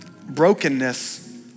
brokenness